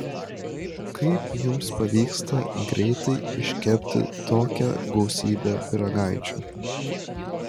kaip jums pavyksta greitai iškepti tokią gausybę pyragaičių